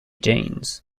jeans